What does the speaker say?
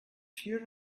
fear